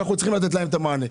ואנחנו צריכים לתת להם את המענה.